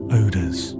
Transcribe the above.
odors